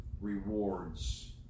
rewards